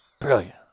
Brilliant